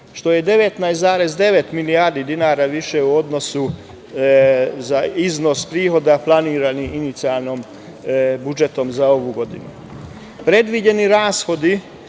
što je 19,9 milijardi dinara više u odnosu na iznos prihoda planiranih inicijalnim budžetom za ovu godinu. Predviđeni rashodi